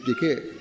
decay